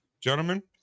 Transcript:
Gentlemen